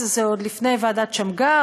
זה עוד לפני ועדת שמגר,